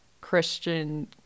Christian